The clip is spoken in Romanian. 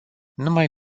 numai